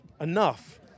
enough